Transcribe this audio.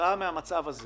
שכתוצאה מהמצב הזה